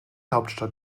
hauptstadt